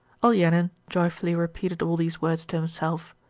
olenin joyfully repeated all these words to himself.